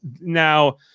Now